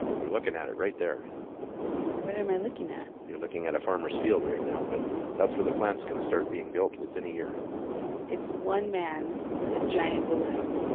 you're looking at it right there what am i looking at? you're looking at a farmer's field right now, but that's where the plant's going to start being built within a year it's one man with a giant balloon.